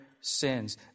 sins